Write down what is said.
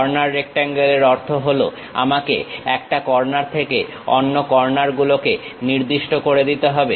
corner rectangle এর অর্থ হলো আমাকে একটা কর্নার থেকে অন্য কর্নার গুলোকে নির্দিষ্ট করে দিতে হবে